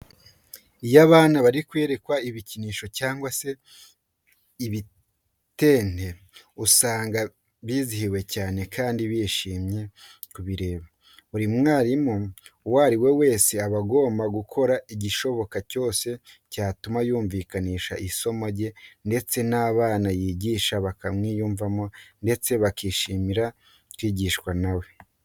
Iyo abana bari kwerekwa ibikinisho cyangwa se ibitente usanga bizihiwe cyane kandi bishimiye kubireba. Buri mwarimu uwo ari we wese aba agomba gukora igishoboka cyose cyatuma yumvikanisha isomo rye ndetse n'abana yigisha bakamwiyumvamo ndetse bakishimira kwigishwa na we.